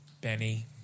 Benny